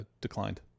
declined